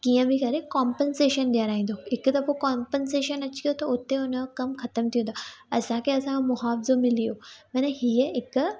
कीअं बि करे कॉम्पनसेशन ॾेयाराईंदो हिकु दफ़ो कॉम्पनसेशन अची वियो त उते उनजो कमु ख़तम थी वेंदो असांखे असांजो मुआवज़ो मिली वियो मना हीअं हिकु